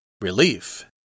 Relief